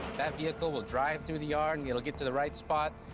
that vehicle will drive through the yard, and it'll get to the right spot,